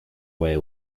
way